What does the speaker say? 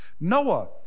Noah